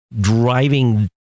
driving